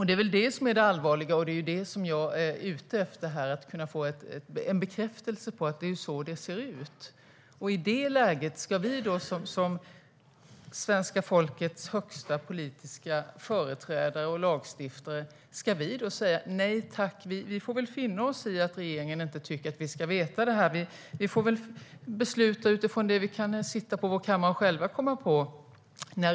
Det är det som är det allvarliga, och det som jag är ute efter här är att få en bekräftelse på att det är så det ser ut. I det läget, ska vi som svenska folkets högsta politiska företrädare och lagstiftare finna oss i att regeringen inte tycker att vi ska veta det här? Ska vi besluta utifrån det vi kan sitta på vår kammare och själva komma på?